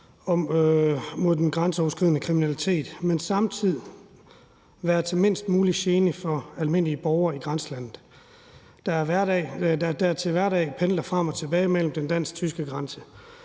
mod den grænseoverskridende kriminalitet, men samtidig er til mindst mulig gene for almindelige borgere i grænselandet, der til hverdag pendler frem og tilbage over den dansk-tyske grænse,